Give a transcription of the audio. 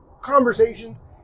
conversations